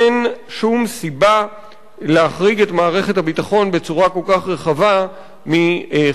אין שום סיבה להחריג את מערכת הביטחון בצורה כל כך רחבה מחובות